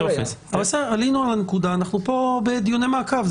עלינו על הנקודה, אנחנו בדיוני מעקב.